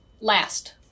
last